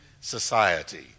society